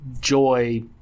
joy